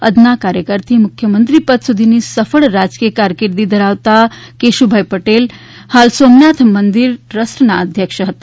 અદના કાર્યકરથી મુખ્યમંત્રી પદ સુધીની સફળ રાજકીય કારકિર્દી ધરાવતા કેશુભાઈ પટેલ હાલ સોમનાથ મંદિર ટ્રસ્ટના અધ્યક્ષ હતા